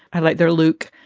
i like their luke.